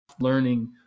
learning